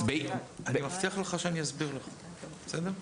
אני מבטיח לך שאני אסביר לך, בסדר?